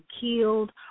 killed